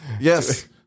Yes